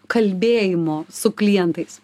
kalbėjimu su klientais